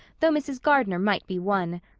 though mrs. gardner might be won.